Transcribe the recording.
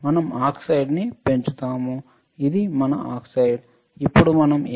మనం ఆక్సైడ్ను ని పెంచుతాము ఇది మన ఆక్సైడ్ ఇప్పుడు మనం ఏమి చేయాలి